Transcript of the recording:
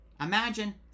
Imagine